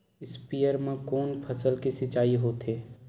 स्पीयर म कोन फसल के सिंचाई होथे?